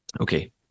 Okay